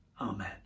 Amen